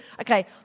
Okay